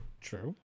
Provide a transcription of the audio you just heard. True